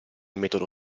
metodo